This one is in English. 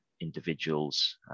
individuals